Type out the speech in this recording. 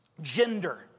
gender